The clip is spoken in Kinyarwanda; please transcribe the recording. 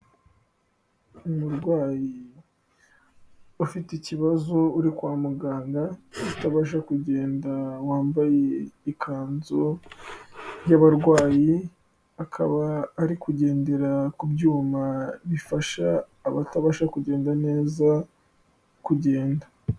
Umurwayi ufite ikibazo uri kwa muganga, utabasha kugenda wambaye ikanzu y'abarwayi, akaba ari kugendera ku byuma bifasha abatabasha kugenda neza, kugenda.